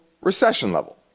recession-level